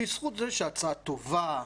בזכות זה שההצעה טובה,